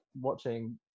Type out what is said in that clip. watching